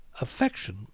Affection